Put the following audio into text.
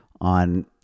on